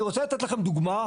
אני רוצה לתת לכם דוגמה,